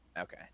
Okay